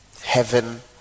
Heaven